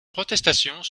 protestations